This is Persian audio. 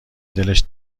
دلش